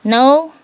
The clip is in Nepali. नौ